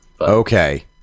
Okay